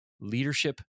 leadership